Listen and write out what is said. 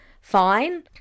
fine